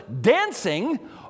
dancing